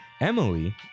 Emily